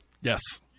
Yes